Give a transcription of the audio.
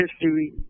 history